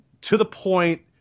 to-the-point